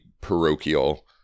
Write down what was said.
parochial